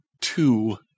two